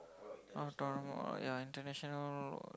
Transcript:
oh tournament ya international